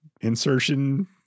insertion